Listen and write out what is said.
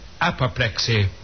apoplexy